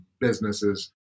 businesses